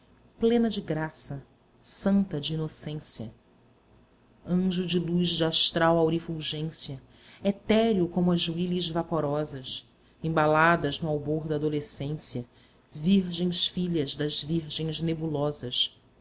plena de graça santa de inocência anjo de luz de astral aurifulgência etéreo como as wilis vaporosas embaladas no albor da adolescência virgens filhas das virgens nebulosas